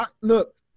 look